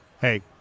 hey